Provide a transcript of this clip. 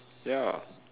ya